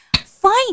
fine